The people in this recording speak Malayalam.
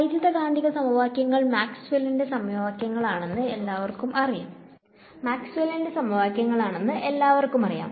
വൈദ്യുതകാന്തിക സമവാക്യങ്ങൾ മാക്സ്വെല്ലിന്റെ സമവാക്യങ്ങളാണെന്ന് Maxwells equations എല്ലാവർക്കും അറിയാം